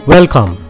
Welcome